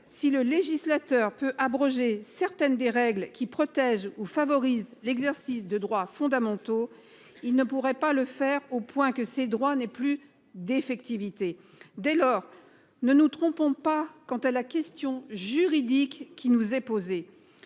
si le législateur peut abroger certaines des règles qui protègent ou favorisent l'exercice de droits fondamentaux, il ne pourrait pas le faire au point que ces droits n'aient plus d'effectivité. Dès lors, ne nous trompons pas quant à la question juridique qui nous est posée